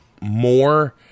more